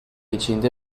içinde